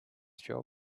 job